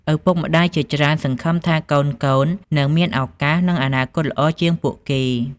ឪពុកម្តាយជាច្រើនសង្ឃឹមថាកូនៗនឹងមានឱកាស និងអនាគតល្អជាងពួកគេ។